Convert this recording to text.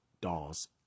dolls